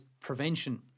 prevention